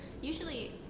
usually